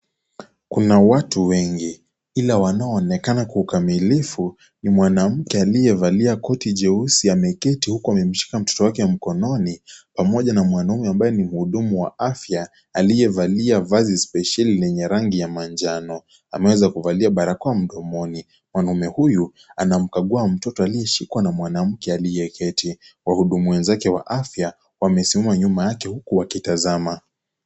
Kuna watu wengi, ila wanaoonekana kwa ukamilifu, ni mwanamke aliyevalia koti jeusi ameketi huku amemshika mtoto wake mkononi, pamoja na mwanaume ambaye ni mhudumu wa afya, aliyevalia vazi spesheli lenye rangi ya manjano. Ameweza kuvalia barakoa mdomoni. Mwanaume huyu anamkagua mtoto aliyeshikwa na mwanamke aliyeketi. Wahudumu wenzake wa afya wamesimama nyuma yake huku wakitazama.